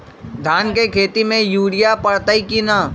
धान के खेती में यूरिया परतइ कि न?